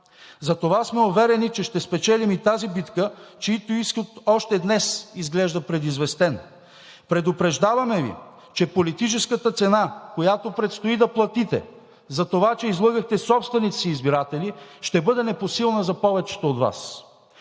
Затова сме уверени, че ще спечелим и тази битка, чийто изход още днес изглежда предизвестен. Предупреждаваме Ви, че политическата цена, която предстои да платите, затова че излъгахте собствените си избиратели, ще бъде непосилна за повечето от Вас.